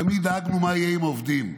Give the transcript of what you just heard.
תמיד דאגנו מה יהיה עם העובדים.